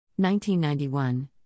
1991